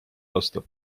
lasta